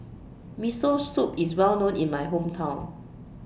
Miso Soup IS Well known in My Hometown